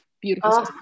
beautiful